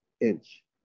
inch